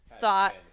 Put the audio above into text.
thought